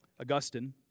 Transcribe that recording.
Augustine